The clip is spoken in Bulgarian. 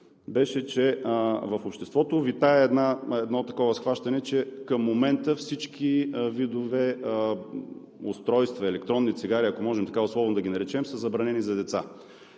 беше, че в обществото витае едно такова схващане, че към момента всички видове устройства – електронни цигари, ако можем така условно да ги наречем, са забранени за деца.